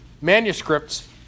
manuscripts